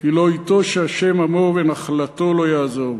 כי "לא יטֹש ה' עמו ונחלתו לא יעזֹב".